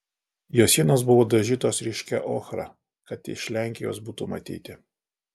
jo sienos buvo dažytos ryškia ochra kad iš lenkijos būtų matyti